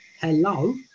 hello